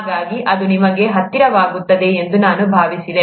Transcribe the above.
ಹಾಗಾಗಿ ಅದು ನಿಮಗೆ ಹತ್ತಿರವಾಗುತ್ತದೆ ಎಂದು ನಾನು ಭಾವಿಸಿದೆ